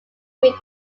greek